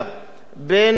בין הממסד,